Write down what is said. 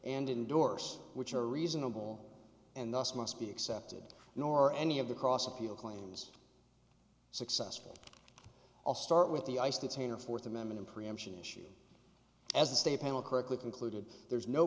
and indorse which are reasonable and thus must be accepted nor any of the cross appeal claims successful i'll start with the ice detainer fourth amendment of preemption issue as the state panel correctly concluded there is no